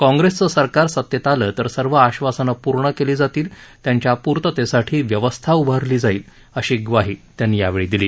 काँग्रेसचं सरकार सतेत आलं तर सर्व आश्वासनं पूर्ण केली जातील त्यांच्या पूर्ततेसाठी व्यवस्था उभारली जाईल अशी ग्वाही त्यांनी यावेळी दिली